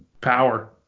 Power